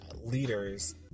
leaders